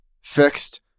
fixed